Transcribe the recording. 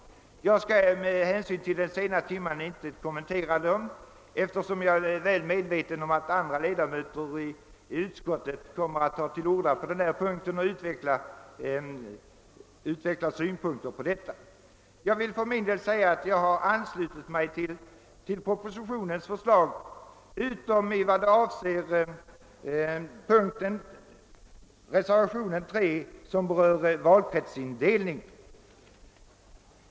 Jag skall med hänsyn till den sena timmen inte kommentera dem, eftersom jag vet att andra ledamöter av utskottet kommer att utveckla synpunkter på dem. Jag har i övrigt anslutit mig till utskottsmajoritetens förslag utom i fråga om förutsättningarna för valkretsindelningen.